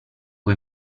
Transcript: può